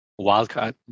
Wildcard